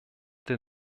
der